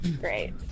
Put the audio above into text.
Great